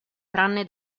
tranne